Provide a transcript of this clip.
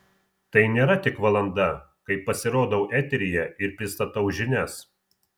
tai nėra tik valanda kai pasirodau eteryje ir pristatau žinias